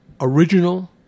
original